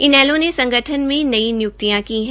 इनेलो ने संगठन में नई निय्क्तियां की है